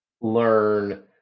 learn